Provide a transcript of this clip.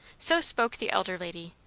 so spoke the elder lady,